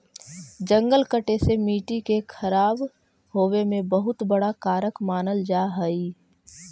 जंगल कटे से मट्टी के खराब होवे में बहुत बड़ा कारक मानल जा हइ